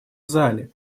зале